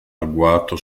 agguato